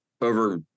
over